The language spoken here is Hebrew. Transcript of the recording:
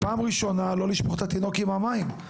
פעם ראשונה, לא לשפוך את התינוק עם המים,